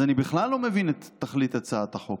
אז אני בכלל לא מבין את תכלית הצעת החוק.